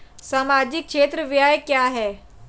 सामाजिक क्षेत्र व्यय क्या है?